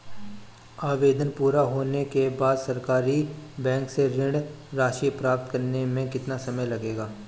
आवेदन पूरा होने के बाद सरकारी बैंक से ऋण राशि प्राप्त करने में कितना समय लगेगा?